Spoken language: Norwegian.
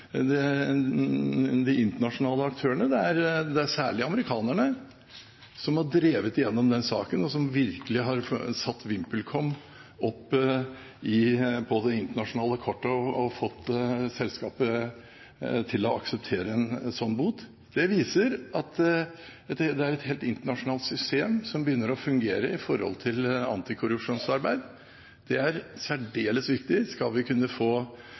til de internasjonale aktørene. Det er særlig amerikanerne som har drevet igjennom denne saken, og som virkelig har satt VimpelCom opp på det internasjonale kartet og fått selskapet til å akseptere en slik bot. Det viser at det er et helt, internasjonalt system som begynner å fungere i anti-korrupsjonsarbeidet. Det er særdeles viktig hvis vi skal få